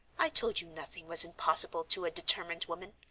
i told you nothing was impossible to a determined woman.